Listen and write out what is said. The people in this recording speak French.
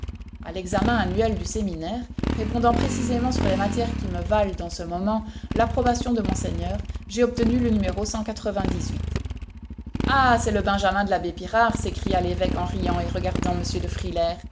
a l'examen annuel du séminaire répondant précisément sur les matières qui me valent dans ce moment l'approbation de monseigneur j'ai obtenu le numéro ah c'est le benjamin de l'abbé pirard s'écria l'évêque en riant et regardant